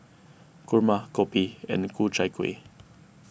Kurma Kopi and Ku Chai Kueh